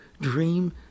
dream